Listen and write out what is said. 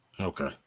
okay